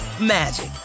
magic